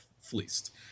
fleeced